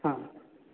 आम्